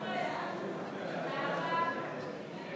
ההצעה להעביר את הצעת חוק העונשין (תיקון,